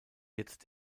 jetzt